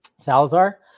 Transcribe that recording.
Salazar